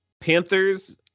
Panthers